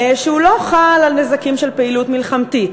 שלא חל על נזקים של פעילות מלחמתית.